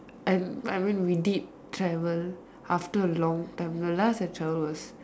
I mean we we did travel after a long time no last I travelled was